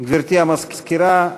גברתי המזכירה,